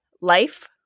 life